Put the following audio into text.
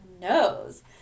nose